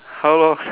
how long